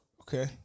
Okay